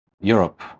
Europe